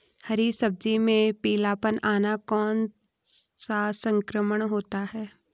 हरी सब्जी में पीलापन आना कौन सा संक्रमण होता है?